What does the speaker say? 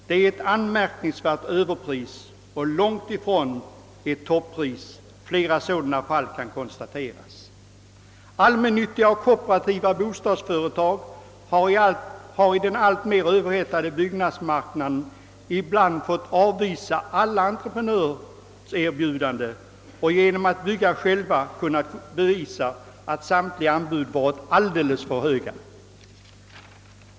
Det är ett anmärkningsvärt överpris och långt ifrån ett toppris. Flera sådana fall kan konstateras. Allmännyttiga och kooperativa bostadsföretag har i den alltmer överhettade byggnadsmarknaden ibland fått avvisa alla entreprenörers erbjudanden och genom att bygga själva kunnat bevisa att samtliga anbud varit alldeles för höga.